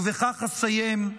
ובכך אסיים: